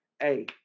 Hey